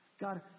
God